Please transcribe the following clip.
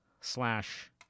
slash